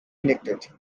elected